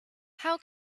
how